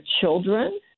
children